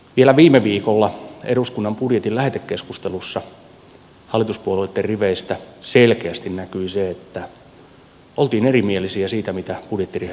vielä viime viikolla eduskunnan budjetin lähetekeskustelussa hallituspuolueitten riveistä selkeästi näkyi se että oltiin erimielisiä siitä mitä budjettiriihessä on sovittu